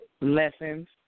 lessons